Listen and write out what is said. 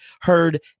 heard